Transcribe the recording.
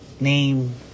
name